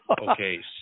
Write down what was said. Okay